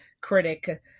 critic